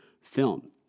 film